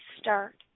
start